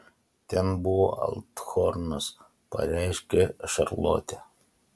ten buvo althornas pareiškė šarlotė